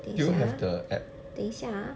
等一下等一下啊